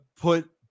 put